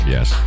Yes